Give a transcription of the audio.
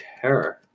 terror